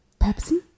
Pepsi